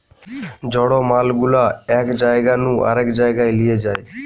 জড় মাল গুলা এক জায়গা নু আরেক জায়গায় লিয়ে যায়